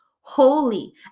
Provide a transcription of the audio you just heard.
holy